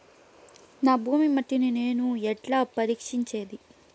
నా భూమి మట్టిని నేను ఎట్లా పరీక్షించేది?